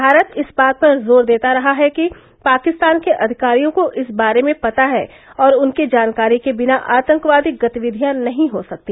भारत इस बात पर जोर देता रहा है कि पाकिस्तान के अधिकारियों को इस बारे में पता है और उनकी जानकारी के बिना आतंकवादी गतिविधियां नहीं हो सकती